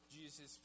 Jesus